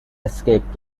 escaped